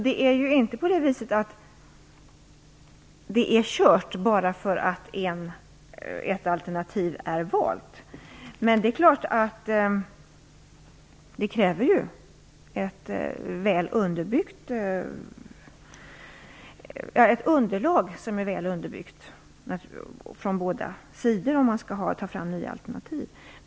Det är ju inte kört bara för att ett alternativ är valt. Men det är klart att det kräver ett underlag som är väl underbyggt från båda sidor, om man skall ta fram nya alternativ.